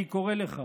אני קורא לך: